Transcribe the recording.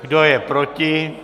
Kdo je proti?